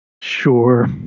Sure